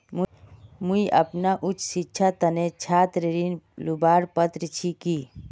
मुई अपना उच्च शिक्षार तने छात्र ऋण लुबार पत्र छि कि?